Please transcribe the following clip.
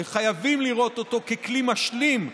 חייבים לראות אותו ככלי משלים,